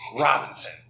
Robinson